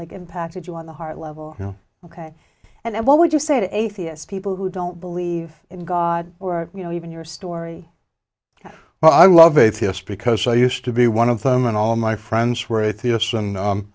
like impacted you on the hard level yeah ok and what would you say to atheist people who don't believe in god or you know even your story well i love atheists because i used to be one of them and all my friends were atheists and